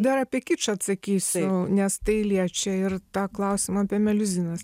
dar apie kičą atsakysiu nes tai liečia ir tą klausimą apie meliuzinas